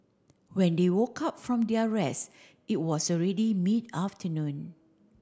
when they woke up from their rest it was already mid afternoon